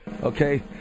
okay